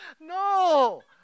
No